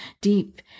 deep